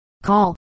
Call